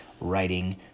writing